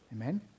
Amen